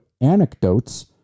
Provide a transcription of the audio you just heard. anecdotes